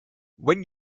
when